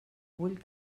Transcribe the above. vull